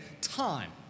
time